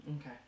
Okay